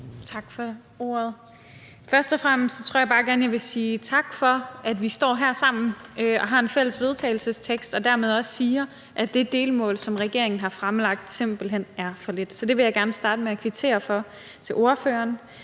Tak for ordet. Først og fremmest tror jeg bare gerne, jeg vil sige tak for, at vi står her sammen og har en fælles vedtagelsestekst og dermed også siger, at det i forhold til det delmål, som regeringen har fremlagt, simpelt hen er for lidt. Så det vil jeg gerne starte med at kvittere for over for ordføreren.